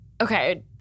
okay